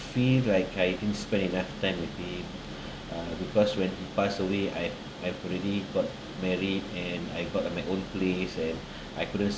feel like I didn't spend enough time with him uh because when he passed away I have already got married and I got my own place and I couldn't